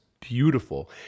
beautiful